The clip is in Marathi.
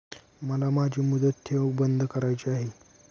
मला माझी मुदत ठेव बंद करायची आहे